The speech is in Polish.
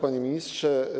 Panie Ministrze!